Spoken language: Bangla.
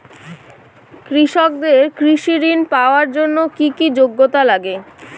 কৃষকদের কৃষি ঋণ পাওয়ার জন্য কী কী যোগ্যতা লাগে?